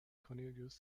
cornelius